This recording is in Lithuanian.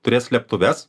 turi slėptuves